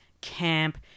camp